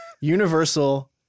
universal